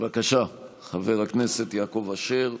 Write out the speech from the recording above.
בבקשה, חבר הכנסת יעקב אשר.